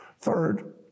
Third